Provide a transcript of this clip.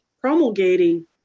promulgating